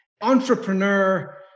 entrepreneur